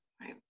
Right